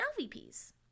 LVPs